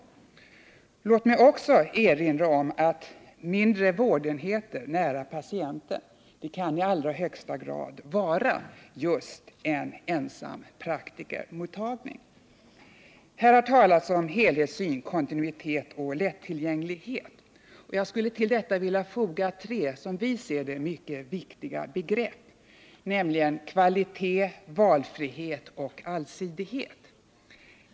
Låt mig också erinra om att en mindre vårdenhet nära patienten i allra högsta grad kan vara just en ensampraktikermottagning. Här har talats om helhetssyn, kontinuitet och lättillgänglighet. Jag skulle till detta vilja foga tre, som vi ser det, mycket viktiga begrepp, nämligen kvalitet, valfrihet och allsidighet.